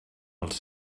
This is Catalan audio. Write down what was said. als